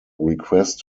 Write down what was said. request